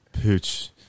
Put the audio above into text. Pooch